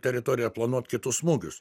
teritorija planuot kitus smūgius